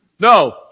No